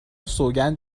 سوگند